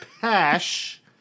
Pash